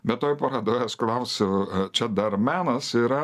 bet toj parodoj aš klausiu čia dar menas yra